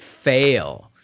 fail